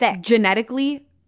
genetically